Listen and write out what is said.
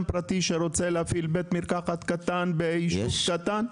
פרטי שרוצה להפעיל בית מרקחת קטן ביישוב קטן?